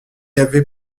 avait